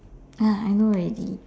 ah I know already